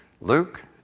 Luke